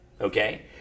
okay